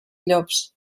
llops